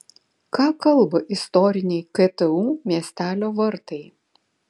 ką kalba istoriniai ktu miestelio vartai